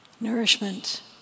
nourishment